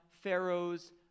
Pharaoh's